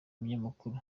umunyamakuru